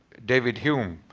david hume.